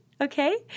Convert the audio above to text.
Okay